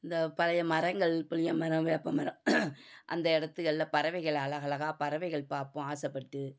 இந்த பழைய மரங்கள் புளியமரம் வேப்பமரம் அந்த இடத்துகள்ல பறவைகள் அலகலகாக பறவைகள் பார்ப்போம் ஆசைப்பட்டு